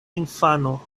infano